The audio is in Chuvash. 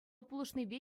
пулӑшнипе